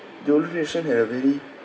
the older generation have a very